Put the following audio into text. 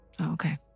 Okay